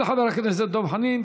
תודה לחבר הכנסת דב חנין.